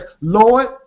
Lord